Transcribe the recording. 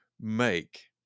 make